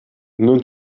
non